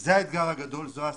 זה האתגר הגדול, זו האסטרטגיה.